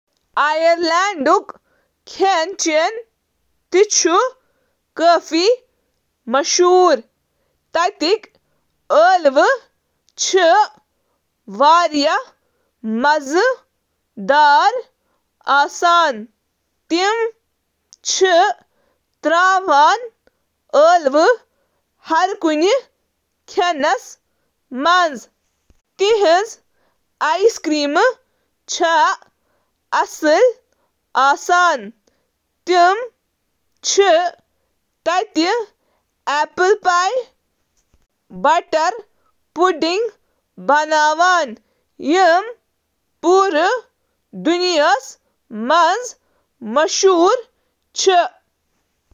Irish کھین اوس بییہٕ زندٕ یوان کرنہٕ۔ نمایندٕ پکنن منٛز چِھ آئرش سٹو، بیکن تہٕ گوبھی، باکسٹی، براؤن روٹی ,یتھ کیٛن زن اتھ جنوبس منٛز وننہٕ چُھ یوان, یا سوڈا روٹی ,زیادٕ تر السٹرس منٛز استعمال گژھان ، کوڈل تہٕ کولکینن شٲمل۔